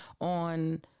on